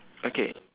okay